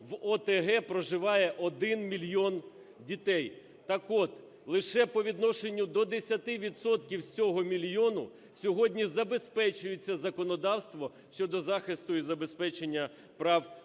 в ОТГ проживає 1 мільйон дітей. Так от, лише по відношенню до 10 відсотків з цього мільйону сьогодні забезпечується законодавство щодо захисту і забезпечення прав дитини.